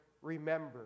Remember